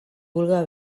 vulga